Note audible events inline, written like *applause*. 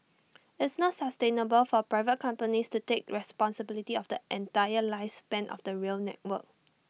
*noise* it's not sustainable for private companies to take responsibility of the entire lifespan of the rail network